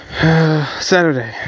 Saturday